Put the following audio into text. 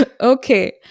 Okay